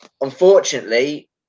unfortunately